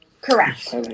Correct